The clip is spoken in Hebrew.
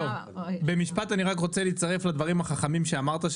במשפט אני רוצה להצטרף לדברים החכמים שאמרת.